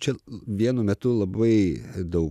čia vienu metu labai daug